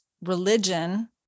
religion